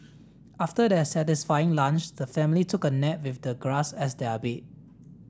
after their satisfying lunch the family took a nap with the grass as their bed